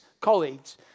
colleagues